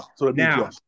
Now